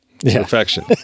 perfection